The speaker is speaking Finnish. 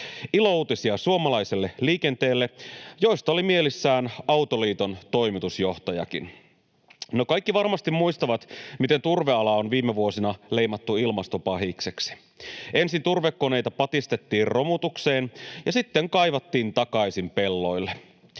ilouutisia suomalaiselle liikenteelle, joista oli mielissään Autoliiton toimitusjohtajakin. No, kaikki varmasti muistavat, miten turvealaa on viime vuosina leimattu ilmastopahikseksi. Ensin turvekoneita patistettiin romutukseen ja sitten kaivattiin takaisin pelloille.